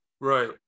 Right